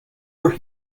were